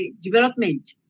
development